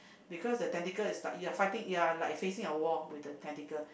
because the tentacle is like you are fighting you are like facing a war with the tentacle